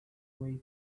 way